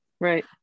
Right